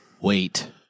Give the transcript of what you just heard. Wait